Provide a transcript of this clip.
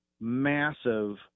massive